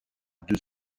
deux